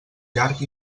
llarg